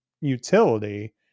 utility